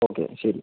okay ശരി